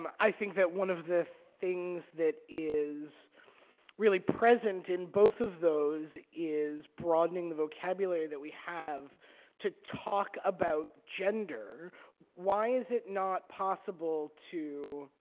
um i think that one of the things that is really present in both of those is broadening the vocabulary that we have to talk about gender why is it not possible to